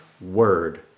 word